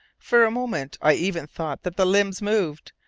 for a moment i even thought that the limbs moved,